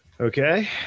okay